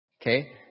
Okay